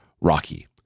rocky